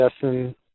Justin